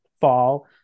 fall